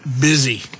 busy